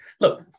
Look